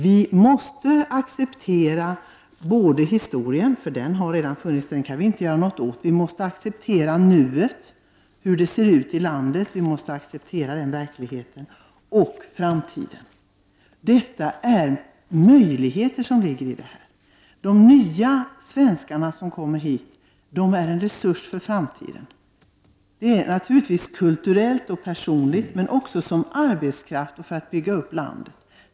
Vi måste acceptera både historien — den kan vi ändå inte göra någonting åt — och nuet, den verklighet som råder i landet. Det ligger möjligheter i detta. De nya svenskarna som kommer hit är en resurs för framtiden. De utgör naturligtvis en kulturell och en personlig resurs, men också en arbetskraftsresurs som kan användas för att bygga upp landet.